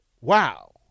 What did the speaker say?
Wow